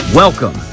Welcome